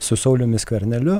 su sauliumi skverneliu